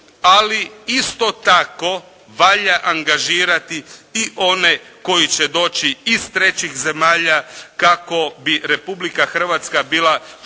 ali isto tako valja angažirati i one koji će doći iz trećih zemalja kako bi Republika Hrvatska bila što